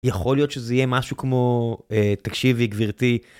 יכול להיות שזה יהיה משהו כמו, תקשיבי גבירתי.